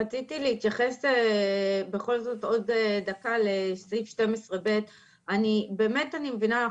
רציתי להתייחס עוד דקה לסעיף 12ב. אנחנו